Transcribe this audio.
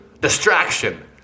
Distraction